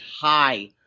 high